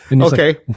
Okay